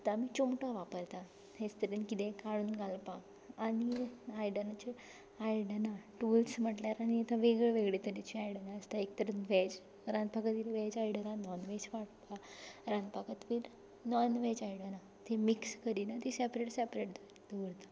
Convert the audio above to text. आतां आमी चिमटो वापरता तेच तरेन कितेंय काडून घालपाक आनी आयदनांचें आयदनां टुल्स म्हणल्यार आतां वेगवेगळे तरेचे आयदनां आसता एक तर वेज रांदपा खातीर वेज आयदनां नॉन वेज रांदपा खातीर नॉन वेज आयदनां तीं मिक्स करिनात ती सेपरेट सेपरेट दवरता